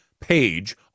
page